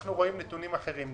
אנחנו רואים נתונים אחרים,